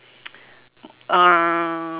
uh